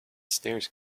stairs